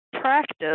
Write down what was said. practice